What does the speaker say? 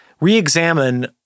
re-examine